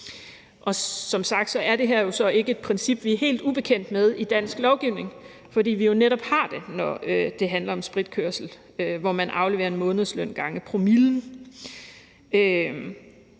Som sagt er det her jo ikke et princip, vi er helt ubekendt med i dansk lovgivning, for vi har det netop, når det handler om spritkørsel, hvor man afleverer en månedsløn gange promillen.